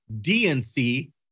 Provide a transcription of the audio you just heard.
DNC